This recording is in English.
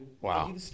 wow